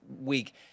week